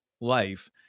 life